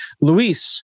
Luis